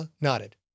nodded